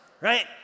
right